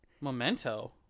memento